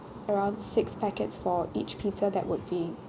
around six packets for each pizza that would be